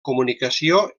comunicació